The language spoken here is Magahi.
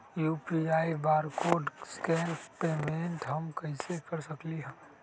यू.पी.आई बारकोड स्कैन पेमेंट हम कईसे कर सकली ह?